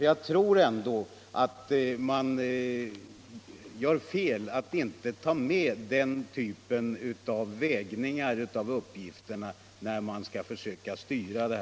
Jag tror ändå att man gör fel om man inte tar med den typen av vägning av uppgifterna som styrmedel.